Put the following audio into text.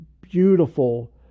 beautiful